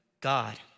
God